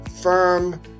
firm